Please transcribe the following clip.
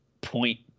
point